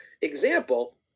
example